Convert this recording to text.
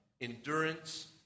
endurance